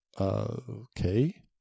Okay